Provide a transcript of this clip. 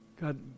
God